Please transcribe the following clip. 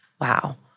wow